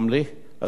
אז כצל'ה כאן,